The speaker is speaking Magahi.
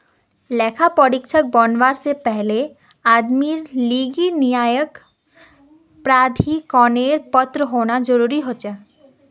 लेखा परीक्षक बनवा से पहले आदमीर लीगी नियामक प्राधिकरनेर पत्र होना जरूरी हछेक